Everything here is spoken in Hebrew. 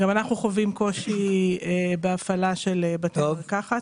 גם אנחנו חווים קושי בהפעלה של בתי מרקחת,